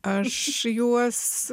aš juos